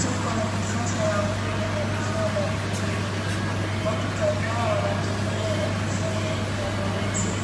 Soko la kisasa la nguo na vifaa vya mitindo, watu kadhaa wanatembea na kufanya manunuzi.